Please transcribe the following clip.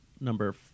number